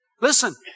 Listen